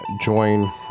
join